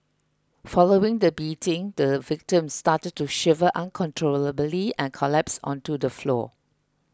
following the beating the victim started to shiver uncontrollably and collapsed onto the floor